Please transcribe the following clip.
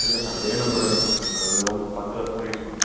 இல்லை சார் அதே நம்பரு வேணுமே சார் அது ரொம்ப பத்து வருஷமாக யூஸ் பண்ணிட்